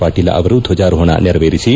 ಪಾಟೀಲ ಅವರು ದ್ವಜಾರೋಹಣ ನೆರವೇರಿಸಿದರು